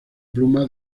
pluma